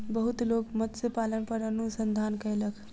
बहुत लोक मत्स्य पालन पर अनुसंधान कयलक